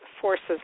forces